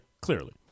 clearly